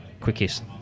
quickest